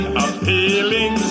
appealing